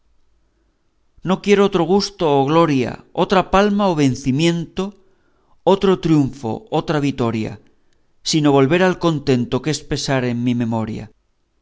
no quiero otro gusto o gloria otra palma o vencimiento otro triunfo otra vitoria sino volver al contento que es pesar en mi memoria